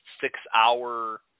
six-hour